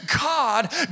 God